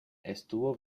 estuvo